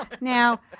now